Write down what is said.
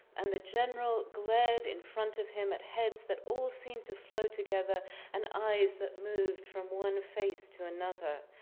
and the general glared in front of him at heads that all seemed that to flow together and eyes that moved from one face to another.